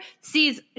sees